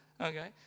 okay